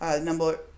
number